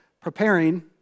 preparing